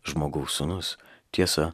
žmogaus sūnus tiesa